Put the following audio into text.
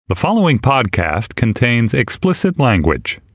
the following podcast contains explicit language